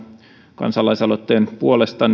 kansalaisaloitteen puolesta